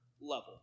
level